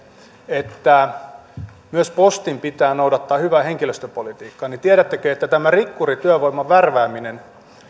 että myös postin pitää noudattaa hyvää henkilöstöpolitiikkaa niin tiedättekö että tämä rikkurityövoiman värvääminen